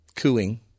cooing